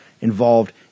involved